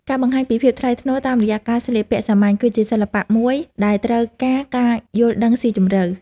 ការបង្ហាញពីភាពថ្លៃថ្នូរតាមរយៈការស្លៀកពាក់សាមញ្ញ គឺជាសិល្បៈមួយដែលត្រូវការការយល់ដឹងស៊ីជម្រៅ។